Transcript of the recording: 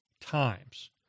times